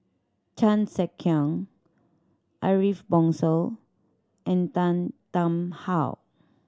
Chan Sek Keong Ariff Bongso and Tan Tarn How